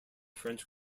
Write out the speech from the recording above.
french